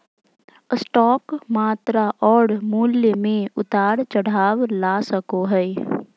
stock मात्रा और मूल्य में उतार चढ़ाव ला सको हइ